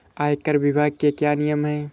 आयकर विभाग के क्या नियम हैं?